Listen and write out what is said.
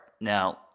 Now